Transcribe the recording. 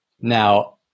Now